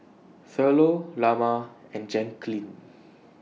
Thurlow Lamar and Jackeline